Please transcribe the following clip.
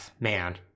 Man